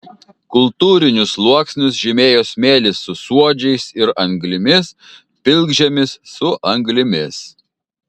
kultūrinius sluoksnius žymėjo smėlis su suodžiais ir anglimis pilkžemis su anglimis